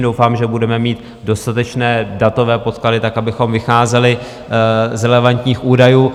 Doufám, že budeme mít dostatečné datové podklady tak, abychom vycházeli z relevantních údajů.